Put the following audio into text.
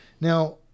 Now